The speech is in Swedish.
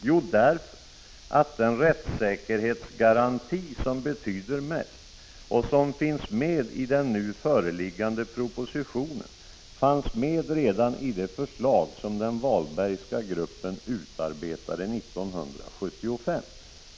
Jo, därför att den rättssäkerhetsgaranti som betyder mest och som finns med i den nu föreliggande propositionen fanns med redan i det förslag som den Walbergska gruppen utarbetade 1975.